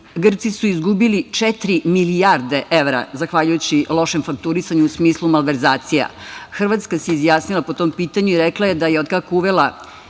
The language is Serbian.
Grci su izgubili četiri milijarde evra zahvaljujući lošem fakturisanju, u smislu malverzacija. Hrvatska se izjasnila po tom pitanju i rekla je da je od kako je uvela